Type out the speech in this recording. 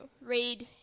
read